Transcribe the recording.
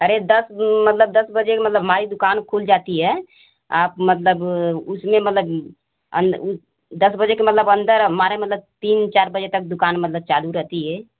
अरे दस मतलब दस बजे मतलब हमारी दुकान खुल जाती है आप मतलब उसमें मतलब अन दस बजे का मतलब अंदर हमारे मतलब तीन चार बजे तक दुकान मतलब चालू रहती है